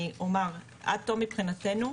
אני אומר עד תום מבחינתנו,